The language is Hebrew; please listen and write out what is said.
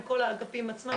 עם כל האגפים עצמם,